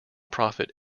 profit